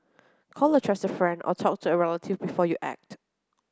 call a trusted friend or talk to a relative before you act